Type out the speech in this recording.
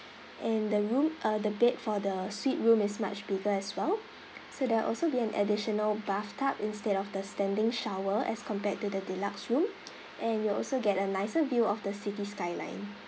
and the room uh the bed for the suite room is much bigger as well so there are also be an additional bathtub instead of the standing shower as compared to the deluxe room and you'll also get a nicer view of the city skyline